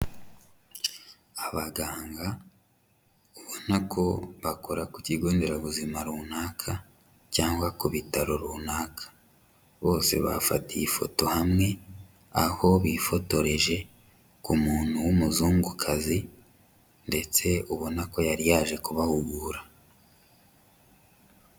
Abaganga ubona ko bakora ku Kigo Nderabuzima runaka cyangwa ku bitaro runaka. Bose bafatiye ifoto hamwe, aho bifotoreje ku muntu w'umuzungukazi ndetse ubona ko yari yaje kubahugura.